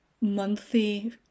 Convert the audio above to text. monthly